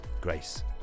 Grace